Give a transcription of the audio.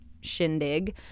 shindig